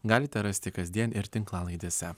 galite rasti kasdien ir tinklalaidėse